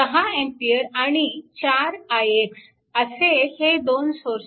10A आणि 4ix असे हे दोन सोर्स आहेत